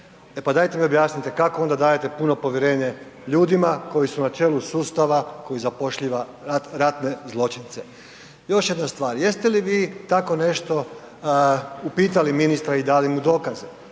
E pa dajte mi objasnite kako onda dajete puno povjerenje ljudima koji su na čelu sustava koji zapošljava ratne zločince. Još jedna stvar, jeste li vi tako nešto upitali ministra i dali mu dokaze,